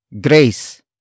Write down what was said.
grace